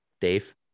Dave